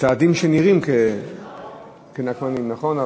צעדים שנראים כנקמניים, נכון?